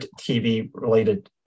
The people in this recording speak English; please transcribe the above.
TV-related